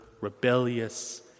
rebellious